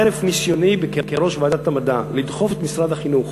חרף ניסיוני כראש ועדת המדע לדחוף את משרד החינוך